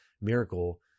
miracle